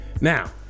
now